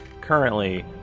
currently